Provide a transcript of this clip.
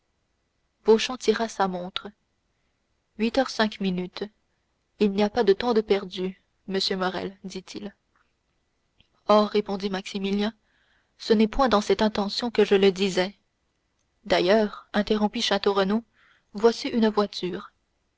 tira sa montre huit heures cinq minutes il n'y a pas de temps de perdu monsieur morrel dit-il oh répondit maximilien ce n'est point dans cette intention que je le disais d'ailleurs interrompit château renaud voici une voiture